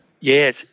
Yes